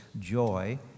joy